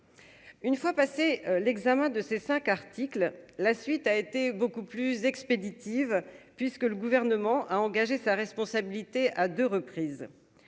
Une fois passé l'examen de ces 5 articles, la suite a été beaucoup plus expéditive, puisque le gouvernement a engagé sa responsabilité à 2 reprises,